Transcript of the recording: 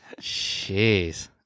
jeez